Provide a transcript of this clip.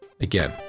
Again